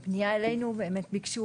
בפנייה אלינו אכן ביקשו